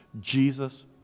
Jesus